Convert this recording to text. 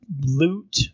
loot